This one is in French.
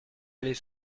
allez